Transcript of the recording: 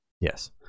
Yes